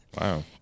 wow